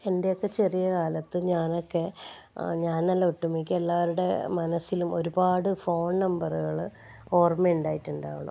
എൻ്റെയൊക്കെ ചെറിയ കാലത്ത് ഞാനൊക്കെ ഞാനെന്നല്ല ഒട്ടുമിക്ക എല്ലാവരുടെ മനസ്സിലും ഒരുപാട് ഫോൺ നമ്പറുകൾ ഓർമ്മയുണ്ടായിട്ടുണ്ടാകണം